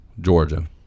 georgia